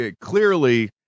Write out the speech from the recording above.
clearly